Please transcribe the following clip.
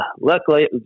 luckily